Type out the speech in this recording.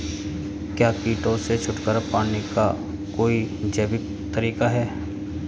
क्या कीटों से छुटकारा पाने का कोई जैविक तरीका है?